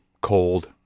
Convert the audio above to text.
cold